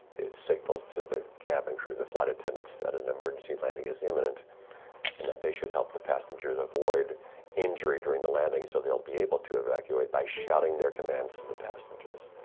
it signals to the cabin crew, the flight attendants, that an emergency landing is imminent and that they should help the passengers avoid injury during the landing so that they'll be able to evacuate by shouting their commands to the passengers.